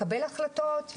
לקבל החלטות,